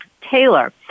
Taylor